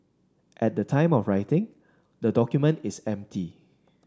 at the time of writing the document is empty